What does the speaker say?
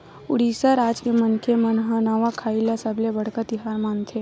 उड़ीसा राज के मनखे मन ह नवाखाई ल सबले बड़का तिहार मानथे